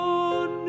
on